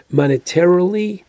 monetarily